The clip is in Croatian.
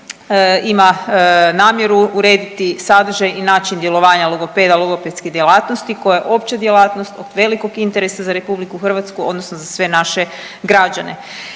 ima namjeru urediti sadržaj i način djelovanja logopeda logopedske djelatnosti koja je opća djelatnost od velikog interesa za RH odnosno za sve naše građane.